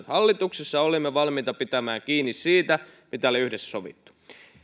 hallituksessa olimme valmiita pitämään kiinni siitä mitä oli yhdessä sovittu